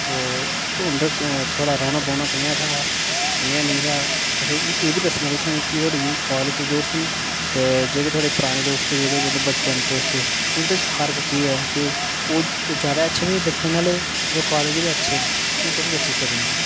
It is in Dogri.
होर उं'दे च थुआढ़ा रौह्ना बौह्ना कनेहा हा कनेहा नेईं हा अच्छा मिगी एह्बी दस्सना तुसें मिगी कि थुआढ़े जेह्ड़े कालेज दे दोस्त न ते जेह्ड़े थुआढ़े पराने दोस्त जेह्ड़े मतलब बचपन दोस्त हे उं'दे च फर्क केह् ऐ कि ओह् ओह् जैदा अच्छे रेह् बचपन आह्ले जां कालेज आह्ले अच्छे न